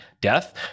death